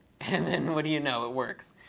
and then what do you know? it works.